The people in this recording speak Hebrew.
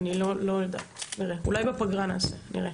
אני לא יודעת, אולי בפגרה נעשה, נראה.